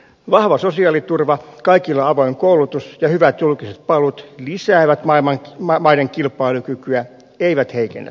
vahva sosiaaliturva kaikille avoin koulutus ja hyvät julkiset palvelut lisäävät maiden kilpailukykyä eivät heikennä sitä